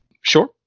Sure